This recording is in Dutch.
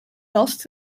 last